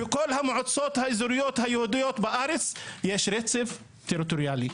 בכל המועצות האזוריות היהודיות בארץ יש רצף טריטוריאלי.